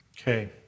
Okay